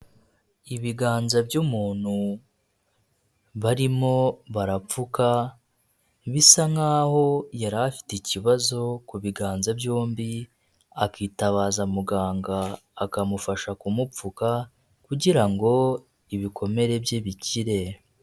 Ibiganza by'umuntu barimo barapfuka, bisa nk'aho yari afite ikibazo ku biganza byombi, akitabaza muganga akamufasha kumupfuka kugirango ibikomere bye bikire.